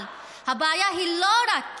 אבל הבעיה היא לא רק